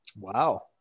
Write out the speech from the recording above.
Wow